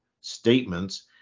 statements